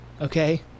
okay